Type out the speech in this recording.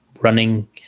running